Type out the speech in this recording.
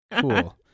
Cool